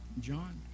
John